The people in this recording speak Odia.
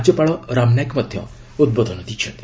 ରାଜ୍ୟପାଳ ରାମ ନାୟକ ମଧ୍ୟ ଉଦ୍ବୋଧନ ଦେଇଛନ୍ତି